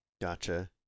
Gotcha